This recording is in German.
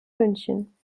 münchen